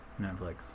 Netflix